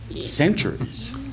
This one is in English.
centuries